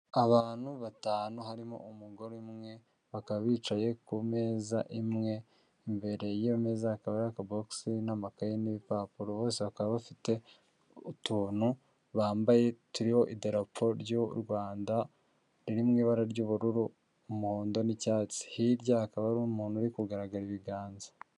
Abantu batanu harimo umugore umwe, bakaba bicaye ku meza imwe, imbere y'iyo meza hakaba hariho akabogisi n'amakaye n'ibipapuro, bose bakaba bafite utuntu bambaye turiho idarapo ry'u Rwanda riri mu ibara ry'ubururu, umuhondo n'icyatsi, hirya hakaba hari umuntu uri kugaragara ibiganza.